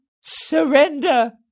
surrender